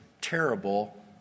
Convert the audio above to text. terrible